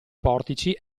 portici